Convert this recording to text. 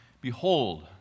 Behold